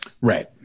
Right